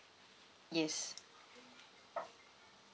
yes